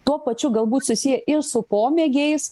tuo pačiu galbūt susiję ir su pomėgiais